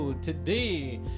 Today